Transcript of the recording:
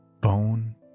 Bone